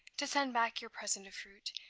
to send back your present of fruit,